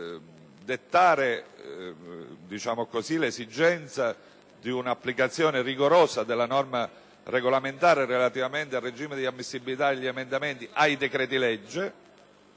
Nel sottolineare l'esigenza di un'applicazione rigorosa della norma regolamentare relativamente al regime di ammissibilità degli emendamenti ai decreti-legge,